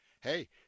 hey